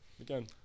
again